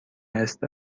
است